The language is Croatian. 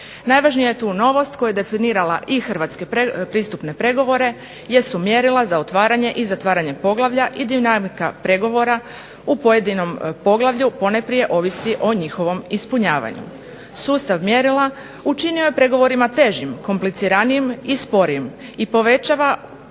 Najvažnija je tu novost koja je definirala i hrvatske pristupne pregovore jesu mjerila za otvaranje i zatvaranje poglavlja i dinamika pregovora u pojedinom poglavlju ponajprije ovisi o njihovom ispunjavanju. Sustav mjerila učinio je pregovorima težim, kompliciranijim i sporijim i povećava ovisnost